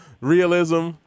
realism